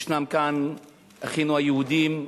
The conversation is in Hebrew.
יש כאן אחינו היהודים,